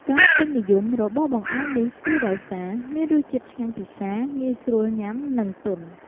ការពេញនិយមរបស់បង្អែមនេះគឺដោយសារ មានរស់ជាតិឆ្ងាញ់ពិសា ងាយស្រួលញុាំ និងទន់ ។